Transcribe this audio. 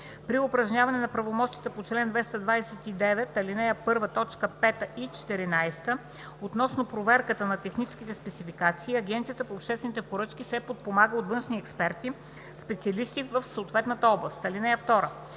При упражняване на правомощията по чл. 229, ал. 1, т. 5 и 14 относно проверката на техническите спецификации, Агенцията по обществени поръчки се подпомага от външни експерти, специалисти в съответната област. (2)